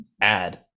add